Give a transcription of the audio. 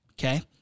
Okay